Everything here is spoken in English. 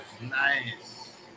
Nice